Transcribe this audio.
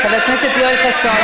חבר הכנסת יואל חסון.